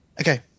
Okay